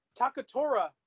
Takatora